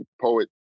poet